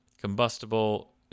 Combustible